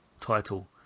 title